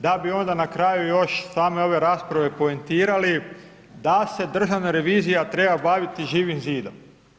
Da bi onda na kraju još, same ove rasprave poentirali, da se Državna revizija treba baviti Živim zidom.